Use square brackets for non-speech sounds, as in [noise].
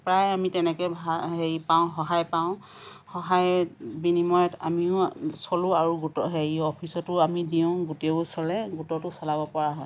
প্ৰায় আমি তেনেকৈ [unintelligible] হেৰি পাওঁ সহায় পাওঁ সহায়ৰ বিনিময়ত আমিও চলোঁ আৰু গোটো হেৰি অফিচতো আমি দিওঁ গোটেও চলে গোটতো চলাব পৰা হয়